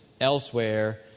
elsewhere